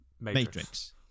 Matrix